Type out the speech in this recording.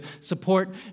support